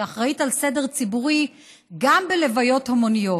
שאחראית לסדר ציבורי גם בלוויות המוניות,